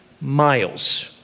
miles